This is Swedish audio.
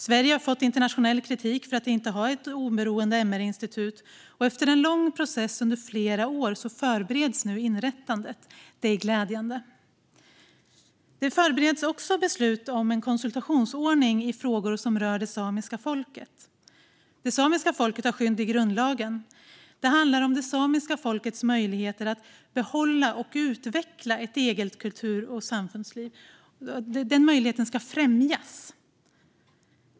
Sverige har fått internationell kritik för att inte ha ett oberoende MR-institut, och efter en lång process under flera år förbereds nu ett inrättande. Det är glädjande. Nu förbereds också beslut om en konsultationsordning i frågor som rör det samiska folket. Det samiska folket har skydd i grundlagen. Det handlar om att det samiska folkets möjligheter att behålla och utveckla ett eget kultur och samfundsliv ska främjas.